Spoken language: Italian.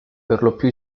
perlopiù